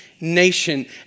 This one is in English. nation